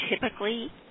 typically